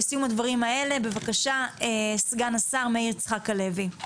בבקשה סגן השר מאיר יצחק הלוי.